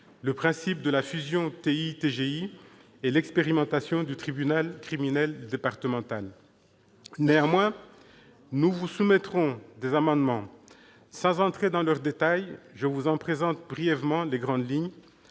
de grande instance et l'expérimentation du tribunal criminel départemental. Néanmoins, nous vous soumettrons des amendements. Sans entrer dans le détail, je vous en présenterai brièvement les grandes lignes.